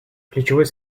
ключевой